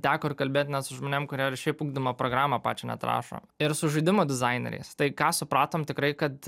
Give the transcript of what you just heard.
teko ir kalbėt net žmonėm kurie ir šiaip ugdymo programą pačią net rašo ir su žaidimų dizaineriais tai ką supratom tikrai kad